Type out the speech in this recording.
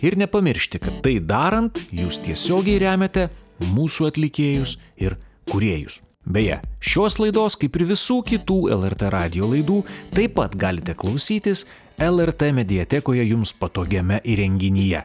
ir nepamiršti kad tai darant jūs tiesiogiai remiate mūsų atlikėjus ir kūrėjus beje šios laidos kaip ir visų kitų lrt radijo laidų taip pat galite klausytis lrt mediatekoje jums patogiame įrenginyje